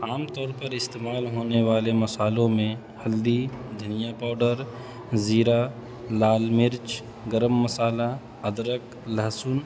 عام طور پر استعمال ہونے والے مصالحوں میں ہلدی دھنیا پاؤڈر زیرہ لال مرچ گرم مصالہ ادرک لہسن